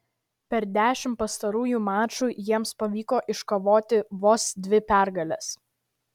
per dešimt pastarųjų mačų jiems pavyko iškovoti vos dvi pergales